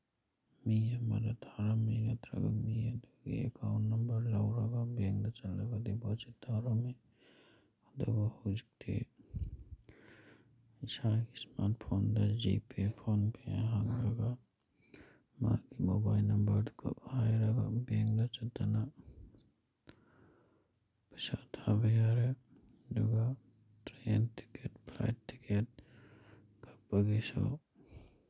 ꯃꯤ ꯑꯃꯗ ꯊꯥꯔꯝꯃꯤ ꯅꯠꯇ꯭ꯔꯒ ꯃꯤ ꯑꯗꯨꯒꯤ ꯑꯦꯀꯥꯎꯟ ꯅꯝꯕꯔ ꯂꯧꯔꯒ ꯕꯦꯡꯇ ꯆꯠꯂꯒ ꯗꯤꯄꯣꯖꯤꯠ ꯇꯧꯔꯝꯃꯤ ꯑꯗꯨꯕꯨ ꯍꯧꯖꯤꯛꯇꯤ ꯏꯁꯥꯒꯤ ꯏꯁꯃꯥꯔꯠ ꯐꯣꯟꯗ ꯖꯤ ꯄꯦ ꯐꯣꯟ ꯄꯦ ꯍꯥꯞꯂꯒ ꯃꯥꯒꯤ ꯃꯣꯕꯥꯏꯜ ꯅꯝꯕꯔꯗꯨ ꯈꯛ ꯍꯥꯏꯔꯒ ꯕꯦꯡꯅ ꯆꯠꯇꯅ ꯄꯩꯁꯥ ꯊꯥꯕ ꯌꯥꯔꯦ ꯑꯗꯨꯒ ꯇ꯭ꯔꯦꯟ ꯇꯤꯛꯀꯦꯠ ꯐ꯭ꯂꯥꯏꯠ ꯇꯤꯛꯀꯦꯠ ꯀꯛꯄꯒꯤꯁꯨ